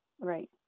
Right